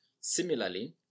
Similarly